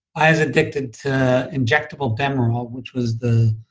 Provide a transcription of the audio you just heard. i was addicted to injectable demerol, which was the,